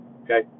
okay